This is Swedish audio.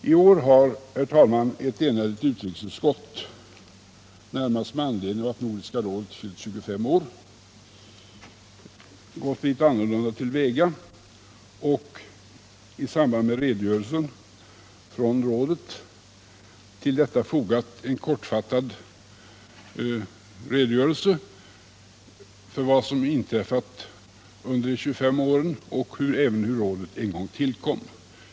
I år har, herr talman, ett enhälligt utrikesutskott närmast med anledning av att Nordiska rådet fyllt 25 år gått litet annorlunda till väga och till redogörelsen från rådsdelegationen fogat en kortfattad berättelse om vad som har inträffat under de 25 åren och om hur rådet en gång kom till.